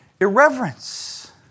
irreverence